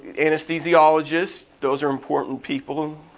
and anesthesiologist, those are important people.